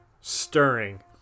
stirring